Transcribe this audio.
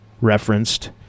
referenced